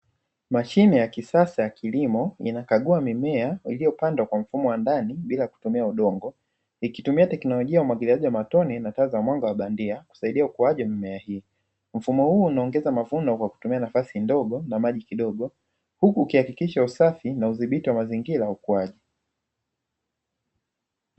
Mashine ya kisasa ya kilimo, inakagua mimea iliyopandwa kwa mfumo wa ndani bila kutumia udongo, ikitumia teknolojia ya umwagiliaji wa matone na kutoa mwanga wa bandia kusaidia ukuaji wa mimea hiyo. Mfumo huu unaongeza mavuno kwa kutumia nafasi ndogo na maji kidogo, huku ukihakikisha usafi na udhibiti wa mazingira ya ukuaji.